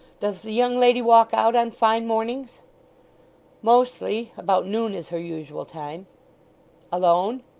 does the young lady walk out, on fine mornings mostly about noon is her usual time alone?